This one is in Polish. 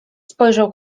spojrzał